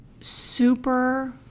super